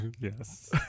Yes